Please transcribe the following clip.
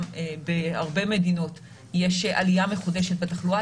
בהרבה מדינות יש עלייה מחודשת בתחלואה.